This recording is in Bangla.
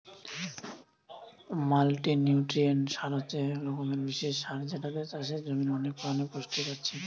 মাল্টিনিউট্রিয়েন্ট সার হচ্ছে এক রকমের বিশেষ সার যেটাতে চাষের জমির অনেক ধরণের পুষ্টি পাচ্ছে